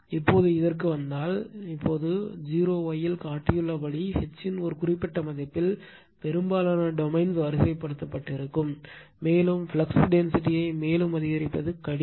இப்போது இதற்கு வந்தால் இப்போது o y இல் காட்டப்பட்டுள்ளபடி H இன் ஒரு குறிப்பிட்ட மதிப்பில் பெரும்பாலான டொமைன்ஸ் வரிசை படுத்தப்பட்டிருக்கும் மேலும் ஃப்ளக்ஸ் டென்சிட்டியை மேலும் அதிகரிப்பது கடினம்